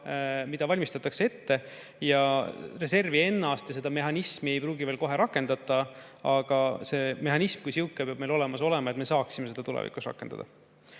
valmistatakse ette, reservi ennast ja seda mehhanismi ei pruugita veel kohe rakendada, aga mehhanism kui selline peab meil olemas olema, et me saaksime seda tulevikus rakendada. Rain